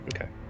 okay